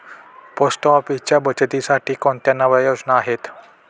Post ऑफिसच्या बचतीसाठी कोणत्या नव्या योजना आहेत?